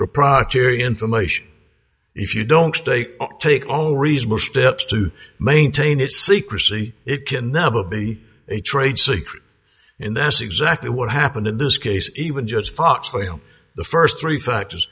proprietary information if you don't take all reasonable steps to maintain its secrecy it can never be a trade secret and that's exactly what happened in this case even just fought for you the first three factors